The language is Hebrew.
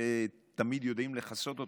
שתמיד יודעים לכסות אותם,